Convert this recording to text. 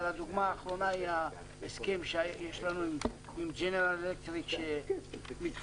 אבל הדוגמה האחרונה היא ההסכם שיש ל נו עם ג'נרל אלקטריק שמתחייבים